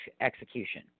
execution